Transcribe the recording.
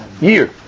year